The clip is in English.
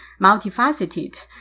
multifaceted